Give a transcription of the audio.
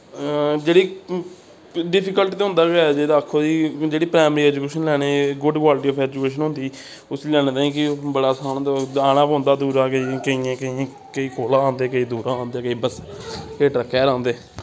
जेह्ड़ी डिफिकल्ट ते होंदा गै ऐ जे ते आक्खो कि जेह्ड़ी प्राइमरी एजुकेशन लैने गुड क्वालिटी आफ एजुकेशन होंदी उस्सी लैने ताईं कि बड़ा असान होंदा औना पौंदा दूरा केईं केइयें केइयें केईं कोला औंदे केईं दूरा औंदे केईं बस केईं ट्रकै पर औंदे